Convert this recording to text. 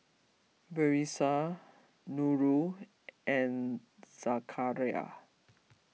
Batrisya Nurul and Zakaria